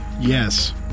Yes